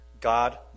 God